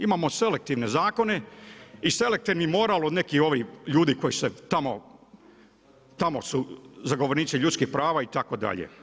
Imamo selektivne zakone i selektivni moral od nekih ovih ljudi koji se tamo, tamo su zagovornici ljudskih prava itd.